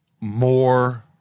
more